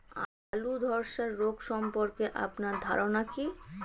আলু ধ্বসা রোগ সম্পর্কে আপনার ধারনা কী?